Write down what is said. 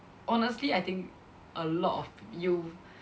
honestly I think a lot of p~ you